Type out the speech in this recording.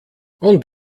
und